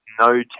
No